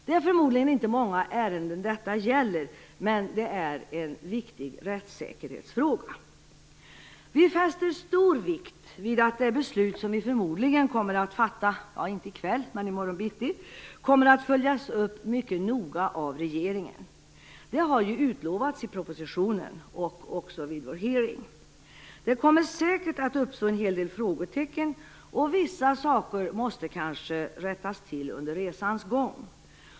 Det är förmodligen inte många ärenden detta gäller, men det är en viktig rättssäkerhetsfråga. Vi fäster stor vikt vid att det beslut som vi förmodligen skall fatta i morgon kommer att följas upp mycket noga av regeringen. Det har ju utlovats i propositionen och också vid vår hearing. Det kommer säkert att uppstå en hel del frågetecken, och vissa saker måste kanske rättas till under resans gång.